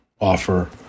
offer